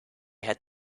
had